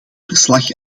verslag